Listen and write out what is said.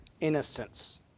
innocence